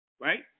right